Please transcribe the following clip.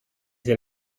del